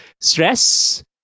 stress